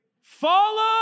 Follow